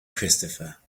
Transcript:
christopher